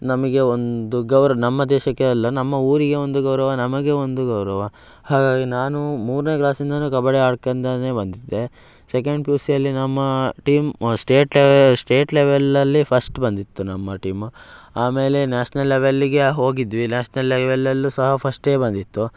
ನಮಗೆ ಒಂದು ಗೌರವ ನಮ್ಮ ದೇಶಕ್ಕೆ ಅಲ್ಲ ನಮ್ಮ ಊರಿಗೆ ಒಂದು ಗೌರವ ನಮಗೆ ಒಂದು ಗೌರವ ಹಾಗಾಗಿ ನಾನು ಮೂರನೇ ಕ್ಲಾಸಿಂದನೂ ಕಬಡ್ಡಿ ಆಡ್ಕಂತನೇ ಬಂದಿದ್ದೆ ಸೆಕೆಂಡ್ ಪಿ ಯು ಸಿಯಲ್ಲಿ ನಮ್ಮ ಟೀಮ್ ಸ್ಟೇಟ್ ಲೆ ಸ್ಟೇಟ್ ಲೆವೆಲ್ಲಲ್ಲಿ ಫಸ್ಟ್ ಬಂದಿತ್ತು ನಮ್ಮ ಟೀಮು ಆಮೇಲೆ ನ್ಯಾಷ್ನಲ್ ಲೆವೆಲ್ಲಿಗೆ ಹೋಗಿದ್ವಿ ನ್ಯಾಷ್ನಲ್ ಲೆವೆಲ್ಲಲ್ಲೂ ಸಹ ಫಸ್ಟೇ ಬಂದಿತ್ತು